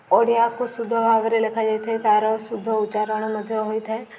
ଓଡ଼ିଆକୁ ଶୁଦ୍ଧ ଭାବରେ ଲେଖାଯାଇଥାଏ ତା'ର ଶୁଦ୍ଧ ଉଚ୍ଚାରଣ ମଧ୍ୟ ହୋଇଥାଏ